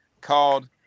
called